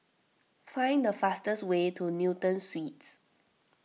find the fastest way to Newton Suites